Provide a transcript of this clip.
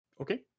Okay